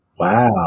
Wow